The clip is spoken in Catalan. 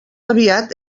aviat